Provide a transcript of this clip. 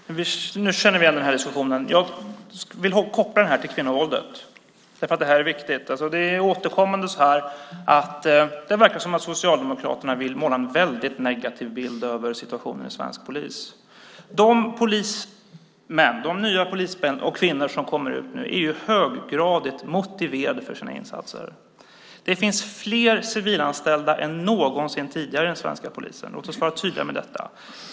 Fru talman! Vi känner igen den här diskussionen. Jag vill koppla detta till kvinnovåldet därför att det här är viktigt. Det verkar återkommande vara så att Socialdemokraterna vill måla en väldigt negativ bild av situationen inom svensk polis. De nya polismän och kvinnor som kommer ut nu är ju höggradigt motiverade för sina insatser. Det finns fler civilanställda än någonsin tidigare i den svenska polisen. Låt oss vara tydliga med detta.